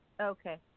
Okay